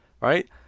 right